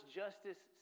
justice